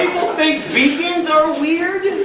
think vegans are weird!